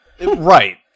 right